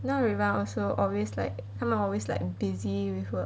now you want also always like 他们 always like busy with work